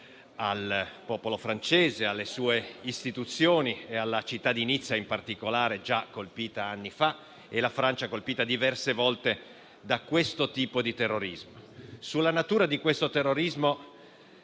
al popolo francese, alle sue istituzioni, alla città di Nizza in particolare, già colpita anni fa, e alla Francia, colpita diverse volte da questo tipo di terrorismo. Sulla natura di questo terrorismo